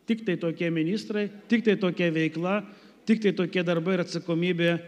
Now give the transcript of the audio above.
tiktai tokie ministrai tiktai tokia veikla tiktai tokie darbai ir atsakomybė